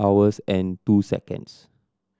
hours and two seconds